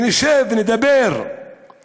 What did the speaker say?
שנשב ונדבר על